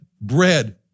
bread